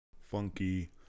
funky